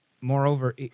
moreover